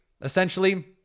essentially